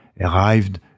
arrived